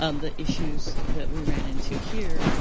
um the issues that we ran into here, like,